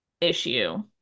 issue